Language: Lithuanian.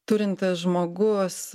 turintis žmogus